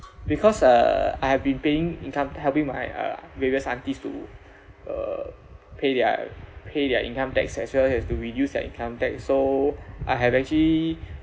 because uh I have been paying income helping my uh various aunties to uh pay their pay their income uh part one financial related tax as well as to reduce their income tax so I have actually